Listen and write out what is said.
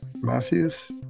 Matthews